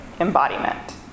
embodiment